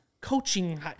coaching